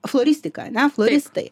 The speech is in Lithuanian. floristika ane floristai